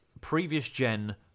previous-gen